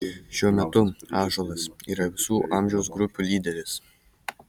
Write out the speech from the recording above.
šiuo metu ąžuolas yra visų amžiaus grupių lyderis